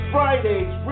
Fridays